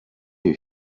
you